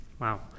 Wow